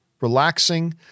relaxing